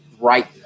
right